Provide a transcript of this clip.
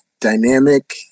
dynamic